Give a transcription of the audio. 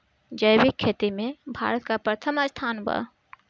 जैविक खेती में भारत का प्रथम स्थान बा